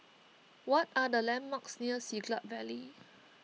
what are the landmarks near Siglap Valley